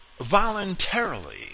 voluntarily